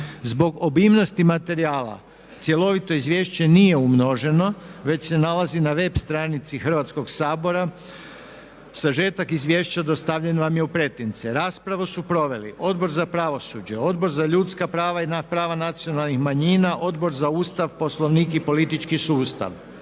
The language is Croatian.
Zbog obimnosti materijala cjelovito izvješće nije umnoženo već se nalazi na web stranici Hrvatskog sabora. Sažetak izvješća dostavljen vam je u pretince. Raspravu su proveli Odbor za pravosuđe, Odbor za ljudska prava i prava nacionalnih manjina, Odbor za Ustav, Poslovnik i politički sustav.